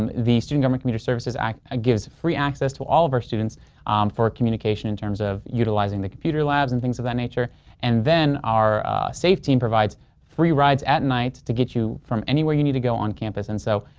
um the student um government services act ah gives free access to all our students for communication in terms of utilizing the computer labs and things of that nature and then our safe team provides free rides at night to get you from anywhere you need to go on campus. and so,